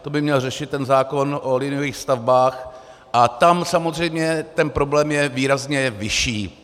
To by měl řešit zákon o liniových stavbách a tam samozřejmě ten problém je výrazně vyšší.